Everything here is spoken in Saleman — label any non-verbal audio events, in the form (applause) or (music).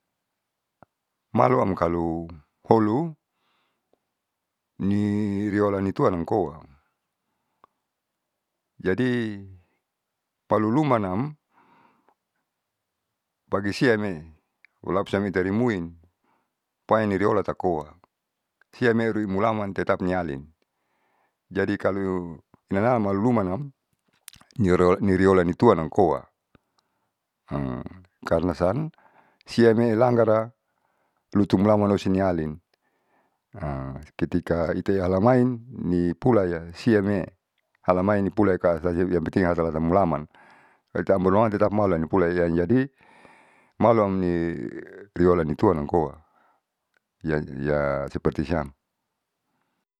Maluam kalu holu niriolanamkoa. Jadi palulumanam pagi siane ulapsamitarimuin painiriolatakoa siame ruimulamante tetap niali jadi kalu inanam alulumanam niriolanituanamkoa (hesitation) karna san siamei langgaran lotumulamanam lotuniali (hesitation) ketika ite halamai nipulaya siane'e. Halamai nupulaika'a sajeu yang penting ada rasa mulaman ita am baru maaun tetap maluani pulaiya jadi maluamni tiolan nituanamkoa ya seperti siam.